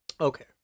okay